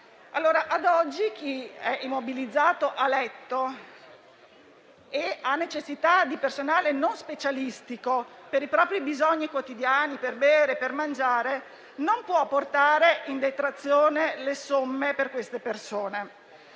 Ad oggi chi è immobilizzato a letto e ha necessità di personale non specialistico per i propri bisogni quotidiani, per bere o mangiare, non può portare in detrazione le relative somme